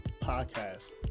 Podcast